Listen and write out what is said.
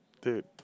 Dude